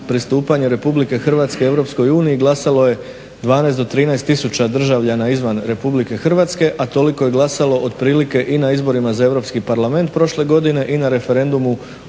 pristupanje Republike Hrvatske Europskoj uniji glasalo je 12 do 13 tisuća državljana izvan Republike Hrvatske, a toliko je glasalo otprilike i na izborima za Europski parlament prošle godine i na referendumu